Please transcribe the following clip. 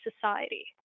society